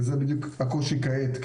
וזה בדיוק הקושי כעת,